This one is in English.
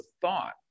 thought